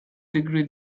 degree